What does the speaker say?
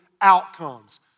outcomes